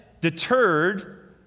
deterred